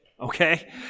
okay